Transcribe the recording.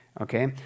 Okay